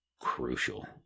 crucial